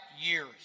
years